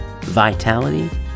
vitality